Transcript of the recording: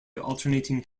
alternating